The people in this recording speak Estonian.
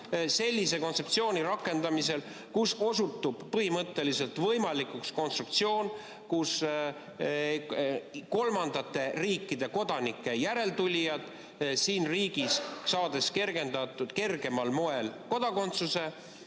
sellise kontseptsiooni rakendamisel olukorras, kus osutub põhimõtteliselt võimalikuks konstruktsioon, et kolmandate riikide kodanike järeltulijad siin riigis, saades kergemal moel kodakondsuse,